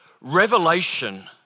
Revelation